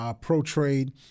pro-trade